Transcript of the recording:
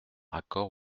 accord